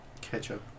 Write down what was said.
ketchup